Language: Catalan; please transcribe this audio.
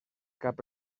cap